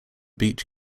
beach